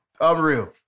Unreal